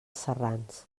serrans